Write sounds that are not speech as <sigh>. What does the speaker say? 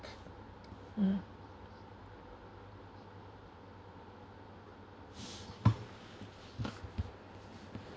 mm <breath>